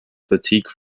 fatigue